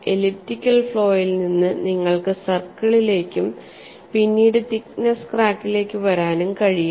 elliptical ഫ്ലോയിൽ നിന്ന് നിങ്ങൾക്ക് സർക്കിളിലേക്കും പിന്നീട് തിക്നെസ്സ് ക്രാക്കിലേക്ക് വരാനും കഴിയും